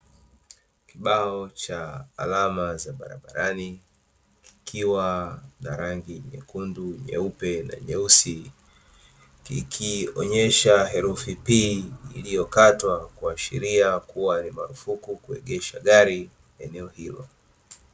Kibao cha alama za barabarani kikiwa na rangi nyekundu, nyeupe na nyeusi kikionyesha herufi "P", iliyokatwa kuashiria kuwa ni marufuku kuegesha gari eneo hilo.